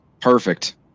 perfect